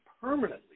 permanently